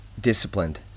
disciplined